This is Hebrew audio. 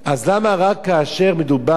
אז למה רק כאשר מדובר,